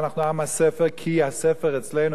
אנחנו עם הספר כי הספר אצלנו,